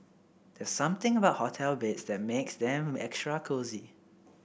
there's something about hotel beds that makes them extra cosy